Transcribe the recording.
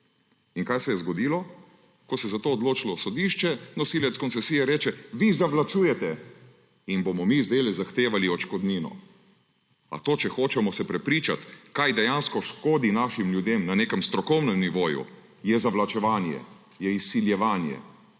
In kaj se je zgodilo? Ko se je za to odločilo sodišče, nosilec koncesije reče, vi zavlačujete in bomo mi zdajle zahtevali odškodnino. A to, če se hočemo prepričati, kaj dejansko škodi našim ljudem, na nekem strokovnem nivoju, je zavlačevanje, je izsiljevanje?